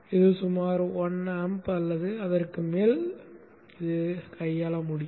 இது சுமார் 1 ஆம்ப் அல்லது அதற்கு மேல் கையாள முடியும்